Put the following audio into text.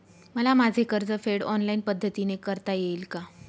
मला माझे कर्जफेड ऑनलाइन पद्धतीने करता येईल का?